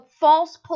false